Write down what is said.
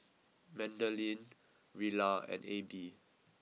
Madeleine Rilla and Abie